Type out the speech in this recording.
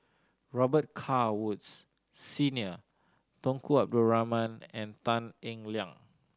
Robet Carr Woods Senior Tunku Abdul Rahman and Tan Eng Liang